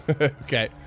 Okay